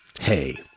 hey